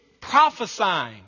prophesying